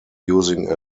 using